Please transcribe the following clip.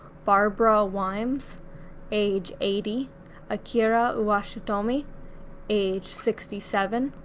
barbara wilmes age eighty akira uwashitomi age sixty seven,